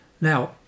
Now